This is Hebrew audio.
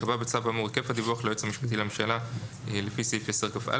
ייקבע בצו האמור היקף הדיווח ליועץ המשפטי לממשלה לפי סעיף 10כא